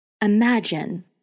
imagine